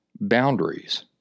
boundaries